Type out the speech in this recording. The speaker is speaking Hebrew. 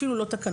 אפילו לא תקנות.